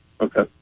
okay